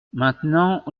maintenant